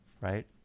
right